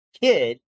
kid